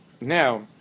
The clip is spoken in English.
now